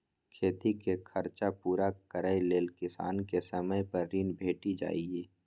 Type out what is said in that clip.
खेतीक खरचा पुरा करय लेल किसान केँ समय पर ऋण भेटि जाइए